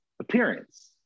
appearance